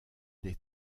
des